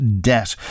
debt